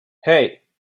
hey